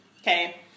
okay